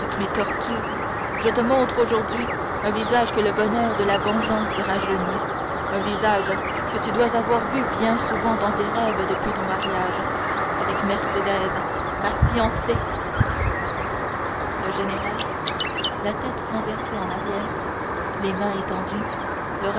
mes tortures je te montre aujourd'hui un visage que le bonheur de la vengeance rajeunit un visage que tu dois avoir vu bien souvent dans tes rêves depuis ton mariage avec mercédès ma fiancée le général la tête renversée en arrière les mains étendues